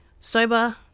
Sober